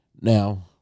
Now